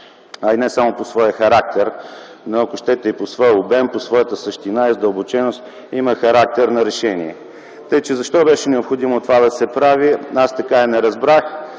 а и не само по своя характер, но ако щете и по своя обем, по своята същина, задълбоченост, има характер на решение. Така че защо беше необходимо това да се прави – аз така и не разбрах.